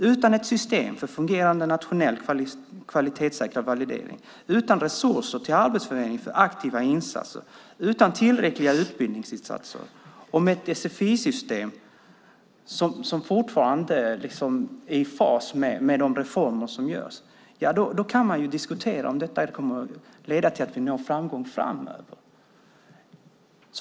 Utan ett system för en fungerande nationell kvalitetssäkrad validering, utan resurser till Arbetsförmedlingen för aktiva insatser, utan tillräckliga utbildningsinsatser och med ett sfi-system som fortfarande är i fas med de reformer som genomförs kan man diskutera om detta kommer att leda till att vi når framgång framöver.